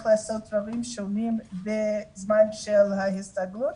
לעשות -- -שונים בזמן של ההסתגלות,